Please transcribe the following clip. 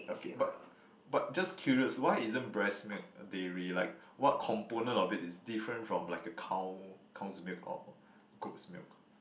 okay but but just curious why isn't breast milk a dairy like what component of it is different from like a cow cow's milk or goat's milk